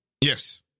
Yes